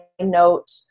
note